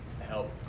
help